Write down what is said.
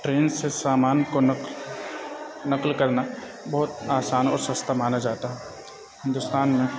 train سے سامان کو نقل نقل کرنا بہت آسان اور سستا مانا جاتا ہے ہندوستان میں